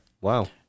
Wow